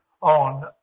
on